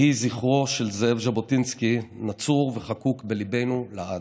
יהי זכרו של זאב ז'בוטינסקי נצור וחקוק בליבנו לעד.